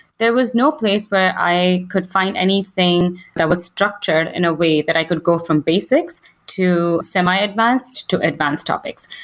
there was no place where i could find anything that was structured in a way that i could go from basics to semi-advanced, to advance topics.